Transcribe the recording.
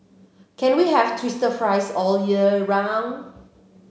can we have twister fries all year round